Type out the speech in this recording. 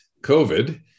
COVID